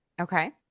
Okay